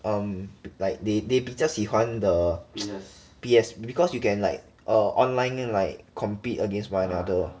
um like they they 比较喜欢 the P_S because you can like err online like compete against one another